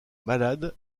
malade